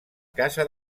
casa